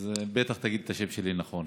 אז בטח שתגיד את השם שלי נכון.